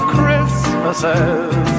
Christmases